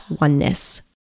oneness